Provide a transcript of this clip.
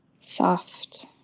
soft